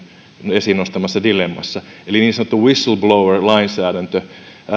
esiin nostamassa dilemmassa eli niin sanottu whistleblower lainsäädäntö